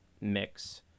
mix